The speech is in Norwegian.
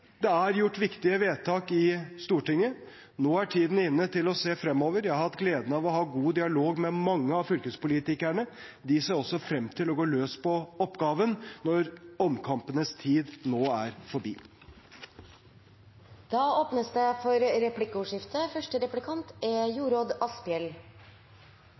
Det er gjort viktige vedtak i Stortinget. Nå er tiden inne til å se fremover. Jeg har hatt gleden av å ha god dialog med mange av fylkespolitikerne. De ser også frem til å gå løs på oppgaven når omkampenes tid nå er forbi. Det blir replikkordskifte. Det er